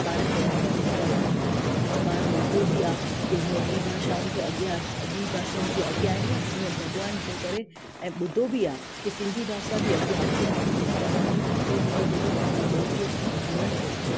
पाण खे हिन में अॻियां वेरिणो आहे अॼु पाण ॿुधो बि आहे की जीअं बि भाषाउनि खे अॻियां अची त बि भाषाऊं जी अॻियां आहियूं इन हीउ भॻवान जो करे ऐं ॿुधो बि आहे की सिंधी भाषा बि अॻियां अचे पई थी ॿार धीरे धीरे धीरे पंहिंजी ॿोलीअ सां जुड़नि पिया था